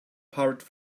pirate